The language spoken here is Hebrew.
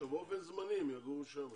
--- שבאופן זמני הם יגורו שם.